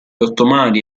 ottomani